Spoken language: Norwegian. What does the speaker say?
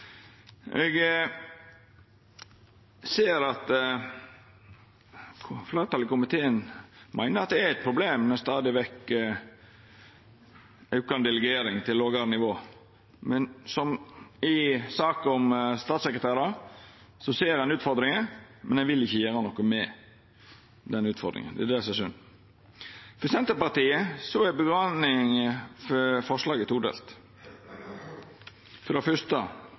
Eg ser at fleirtalet i komiteen meiner det er eit problem at det er ei stadig aukande delegering til lågare nivå, men som i saka om statssekretærar, ser ein utfordringa, men vil ikkje gjera noko med det. Det er det som er synd. For Senterpartiet er grunngjevinga for forslaget todelt. For det fyrste: